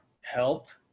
helped